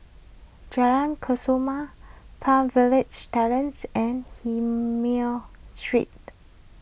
Jalan Kesoma Terrace and Street